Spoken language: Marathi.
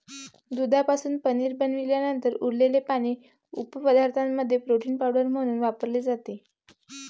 दुधापासून पनीर बनवल्यानंतर उरलेले पाणी उपपदार्थांमध्ये प्रोटीन पावडर म्हणून वापरले जाते